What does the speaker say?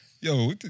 yo